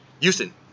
houston